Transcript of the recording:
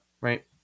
Right